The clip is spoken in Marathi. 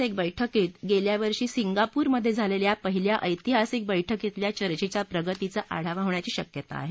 या एकास एक बैठकीत गेल्यावर्षी सिंगापूरमध्ये झालेल्या पहिल्या ऐतिहासिक बैठकीतल्या चर्येच्या प्रगतीचा ते आढावा घेण्याची शक्यता आहे